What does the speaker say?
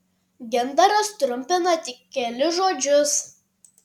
gintaras trumpina tik kelis žodžius